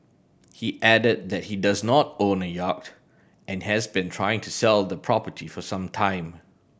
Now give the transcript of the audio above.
he added that he does not own a yacht and has been trying to sell the property for some time